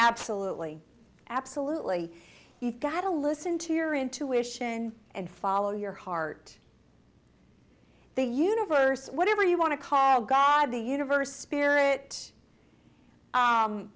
absolutely absolutely you've gotta listen to your intuition and follow your heart the universe whatever you want to call god the universe spirit